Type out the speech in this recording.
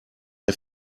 der